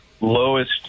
lowest